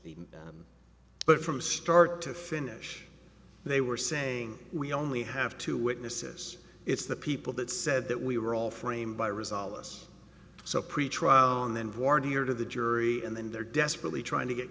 the but from start to finish they were saying we only have two witnesses it's the people that said that we were all framed by rizal us so pretrial and then born here to the jury and then they're desperately trying to get